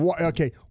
okay